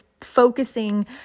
focusing